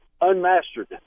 unmastered